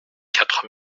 quatre